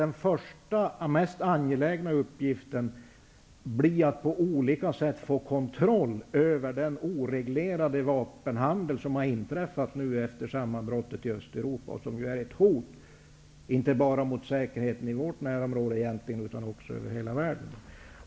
Den mest angelägna uppgiften måste väl då vara att på olika sätt få kontroll över den oreglerade vapenhandel som har skett efter sammanbrottet i Östeuropa. Denna handel är ett hot, inte bara för säkerheten i vårt närområde utan för hela världen.